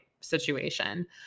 situation